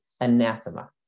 anathema